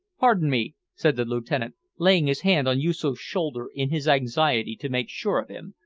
pardon me, said the lieutenant laying his hand on yoosoof's shoulder in his anxiety to make sure of him,